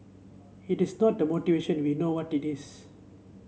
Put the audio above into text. it is not the motivation we know what it is